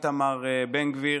איתמר בן גביר.